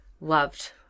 loved